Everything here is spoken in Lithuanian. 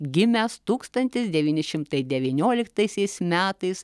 gimęs tūkstantis devyni šimti devynioliktaisiais metais